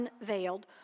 Unveiled